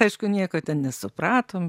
aišku nieko ten nesupratom